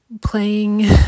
playing